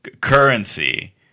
currency